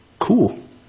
Cool